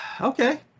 Okay